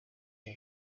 iyo